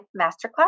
Masterclass